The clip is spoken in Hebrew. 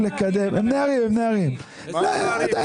כשרוצים לסייע, מסייעים במתן פתרון למימוש.